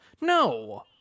no